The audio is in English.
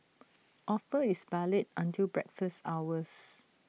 offer is valid until breakfast hours